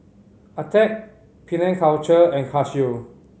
Attack Penang Culture and Casio